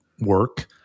work